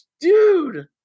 dude